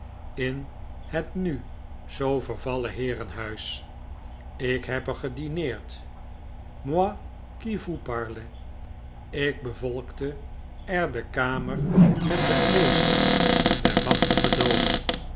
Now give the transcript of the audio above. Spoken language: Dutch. in het nu zoo vervallen heerenhuis ik heb er gedineerd tnoi qui vous parte ik bevolkte er de kamer met de geesten der machtige dooden